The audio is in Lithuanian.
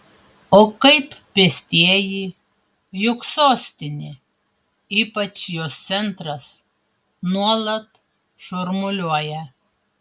o kaip pėstieji juk sostinė ypač jos centras nuolat šurmuliuoja